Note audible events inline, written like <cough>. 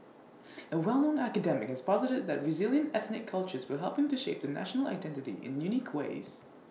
<noise> A well known academic has posited that resilient ethnic cultures were helping to shape the national identity in unique ways